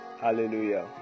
Hallelujah